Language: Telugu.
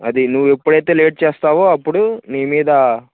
అది నువ్వు ఎప్పుడైతే లేట్ చేస్తావో అప్పుడు నీ మీద